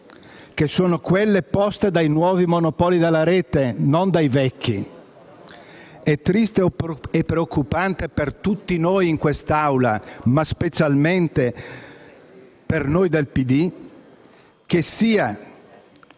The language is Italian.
che sono quelle poste dai nuovi monopoli della rete e non dai vecchi. È triste e preoccupante per tutti noi in questa Aula, ma specialmente per noi del Partito